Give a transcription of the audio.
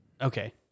Okay